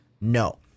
No